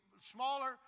smaller